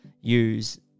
use